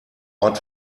ort